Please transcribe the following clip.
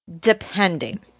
depending